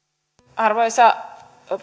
arvoisa